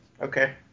okay